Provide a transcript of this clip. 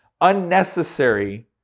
unnecessary